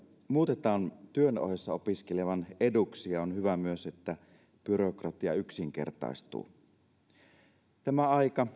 muutetaan työn ohessa opiskelevan eduksi ja on hyvä myös että byrokratia yksinkertaistuu tämä aika